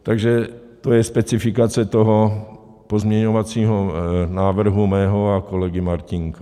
Takže to je specifikace toho pozměňovacího návrhu mého a kolegy Martínka.